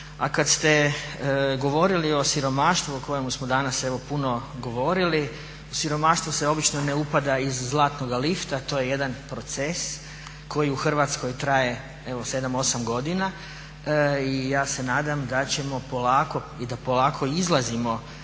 A kad ste govorili o siromaštvu o kojemu smo danas evo puno govorili. U siromaštvo se obično ne upada iz zlatnoga lifta, to je jedan proces koji u Hrvatskoj traje evo 7, 8 godina. I ja se nadam da ćemo polako i da polako izlazimo